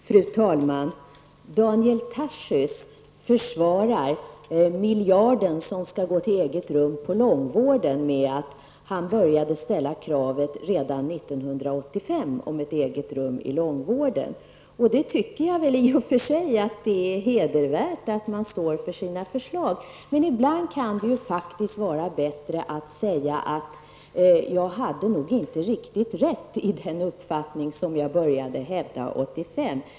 Fru talman! Daniel Tarschys försvarar miljarden som skall gå till eget rum på långvården med att han började ställa det kravet redan 1985. Det är i och för sig hedervärt att man står för sina förslag. Men ibland kan det faktiskt vara bättre att säga: Jag hade nog inte riktigt rätt i den uppfattning som jag började hävda 1985.